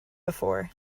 before